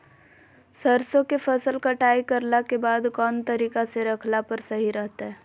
सरसों के फसल कटाई करला के बाद कौन तरीका से रखला पर सही रहतय?